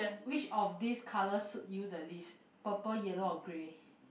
which of these colour suit you the least purple yellow or grey